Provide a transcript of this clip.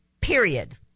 period